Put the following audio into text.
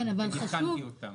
אבל אני עדכנתי אותם.